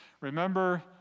Remember